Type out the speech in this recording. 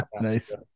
Nice